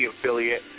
affiliate